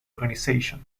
organization